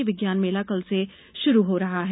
यह विज्ञान मेला कलसे शुरु हो रहा है